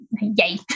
yay